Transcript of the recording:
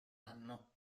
anno